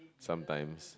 sometimes